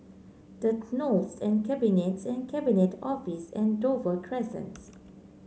The Knolls The Cabinets and Cabinet Office and Dover Crescents